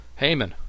Heyman